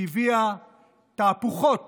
שהביאה תהפוכות